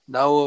Now